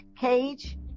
Cage